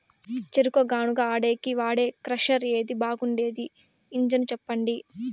చెరుకు గానుగ ఆడేకి వాడే క్రషర్ ఏది బాగుండేది ఇంజను చెప్పండి?